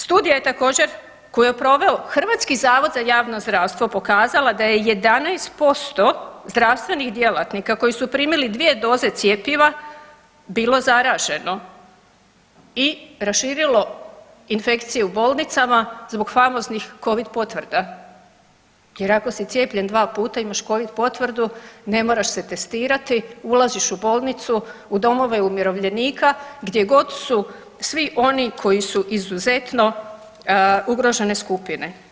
Studija je također koju je proveo HZJZ pokazala da je 11% zdravstvenih djelatnika koji su primili 2 doze cjepiva bilo zaraženo i raširilo infekciju u bolnicama zbog famoznih Covid potvrda, jer ako si cijepljen puta imaš Covid potvrdu ne moraš se testirati, ulaziš u bolnicu, u domove umirovljenika gdje god su svi oni koji su izuzetno ugrožene skupine.